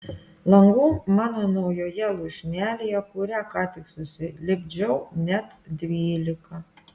langų mano naujoje lūšnelėje kurią ką tik susilipdžiau net dvylika